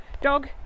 dog